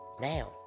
Now